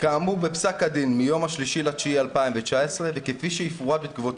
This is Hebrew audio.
"כאמור בפסק הדין מיום ה-3.9.2019 וכפי שיפורט בתגובתו